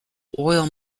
oil